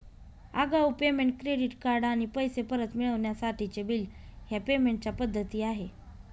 आगाऊ payment, credit card आणि पैसे परत मिळवण्यासाठीचे बिल ह्या पेमेंट च्या पद्धती आहे